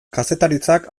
kazetaritzak